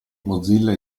mozilla